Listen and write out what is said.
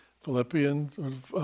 Philippians